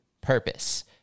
purpose